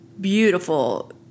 beautiful